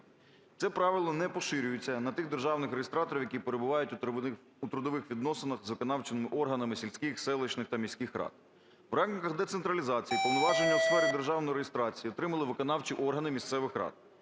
Це правило не поширюється на тих державних реєстраторів, які перебувають у трудових відносинах з виконавчими органами сільських, селищних та міських рад. В рамках централізації повноваження у сфері державної реєстрації отримали виконавчі органи місцевих рад.